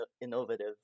innovative